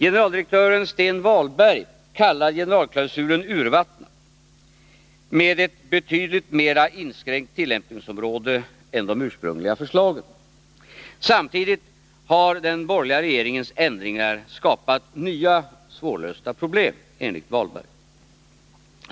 Generaldirektören Sten Walberg kallar generalklausulen urvattnad med ett betydligt mer inskränkt tillämpningsområde än de ursprungliga förslagen. Samtidigt har den borgerliga regeringens ändringar skapat nya svårlösta problem, enligt Walberg.